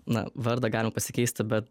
na vardą galima pasikeisti bet